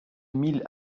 mille